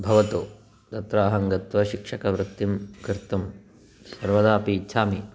भवतु तत्र अहङ्गत्वा शिक्षकवृत्तिं कर्तुं सर्वदापि इच्छामि